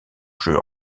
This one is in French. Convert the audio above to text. jeu